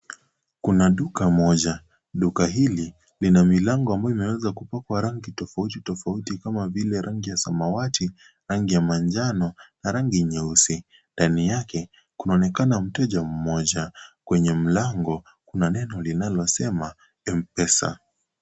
Kuna duka moja, duka hili lina milango ambayo imeweza kupakwa rangi tofauti tofauti kama vile rangi ya samawati, rangi ya manjano na rangi nyeusi. Ndani yake kunaonekana mteja mmoja. Kwenye mlango kuna neno linalosema M-pesa.